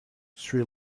sri